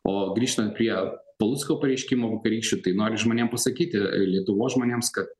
o grįžtant prie palucko pareiškimų vakarykščių tai noriu žmonėm pasakyti lietuvos žmonėms ka